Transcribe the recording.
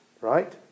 right